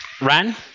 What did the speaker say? Ran